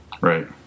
Right